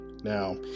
Now